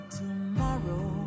tomorrow